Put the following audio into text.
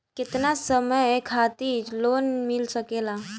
केतना समय खातिर लोन मिल सकेला?